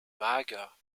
mager